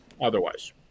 otherwise